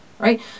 right